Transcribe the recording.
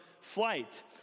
flight